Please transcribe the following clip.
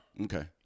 Okay